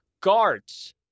guards